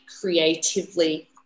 creatively